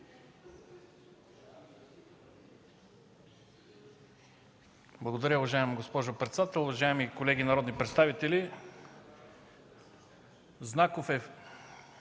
Благодаря. Уважаема госпожо председател, уважаеми колеги народни представители! Знаков е